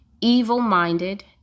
evil-minded